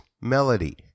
melody